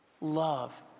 love